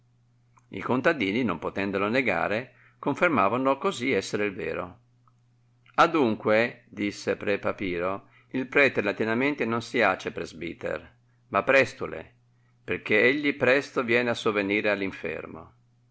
i contadini non potendolo negare confermavano così essere il vero adunque disse pre papiro il prete latinamente non si àce praesbyter ma presiule perchè egli presto viene a sovenire